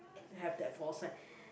have that four side